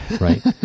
right